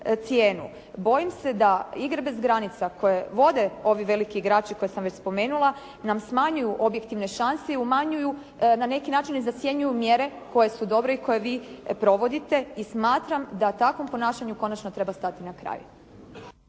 cijenu. Bojim se da igre bez granica koje vode ovi veliki igrači koje sam već spomenula, nam smanjuju objektivne šanse i umanjuju na neki način i zasjenjuju mjere koje su dobre i koje vi provodite i smatram da takvom ponašanju konačno treba stati na kraj.